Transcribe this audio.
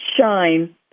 shine